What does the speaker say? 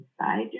inside